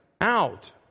out